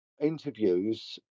interviews